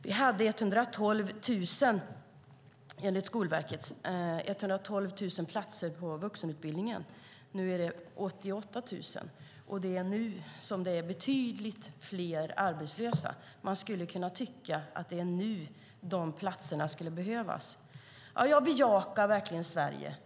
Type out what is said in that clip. Vi hade, enligt Skolverket, 112 000 platser på vuxenutbildningen. Nu har vi 88 000, och vi har betydligt fler arbetslösa. Man kunde tycka att det är nu de platserna skulle behövas. Ja, jag bejakar verkligen Sverige.